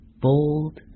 bold